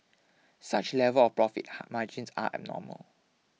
such levels of profit ha margins are abnormal